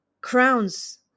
crowns